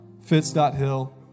Fitz.Hill